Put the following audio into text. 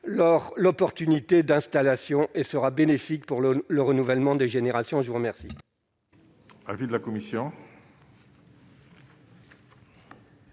l'or l'opportunité d'installation et sera bénéfique pour le le renouvellement des générations, je vous remercie.